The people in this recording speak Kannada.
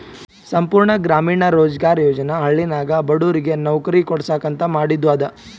ಸಂಪೂರ್ಣ ಗ್ರಾಮೀಣ ರೋಜ್ಗಾರ್ ಯೋಜನಾ ಹಳ್ಳಿನಾಗ ಬಡುರಿಗ್ ನವ್ಕರಿ ಕೊಡ್ಸಾಕ್ ಅಂತ ಮಾದಿದು ಅದ